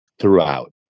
throughout